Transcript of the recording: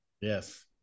Yes